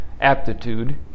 aptitude